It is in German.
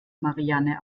marianne